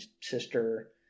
sister